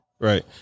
Right